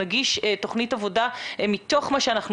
נגיש תוכנית עבודה למשרד הבריאות מתוך מה שאנחנו